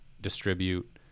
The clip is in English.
distribute